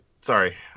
Sorry